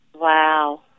Wow